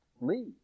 leave